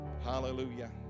Hallelujah